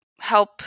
help